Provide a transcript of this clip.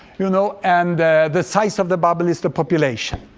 you know and the size of the bubble is the population.